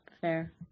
Fair